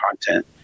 content